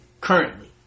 currently